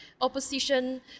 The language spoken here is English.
opposition